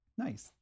Nice